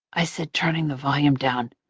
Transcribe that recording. i said, turning the volume down.